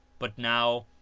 but now,